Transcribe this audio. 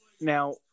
now